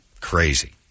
Crazy